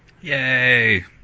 Yay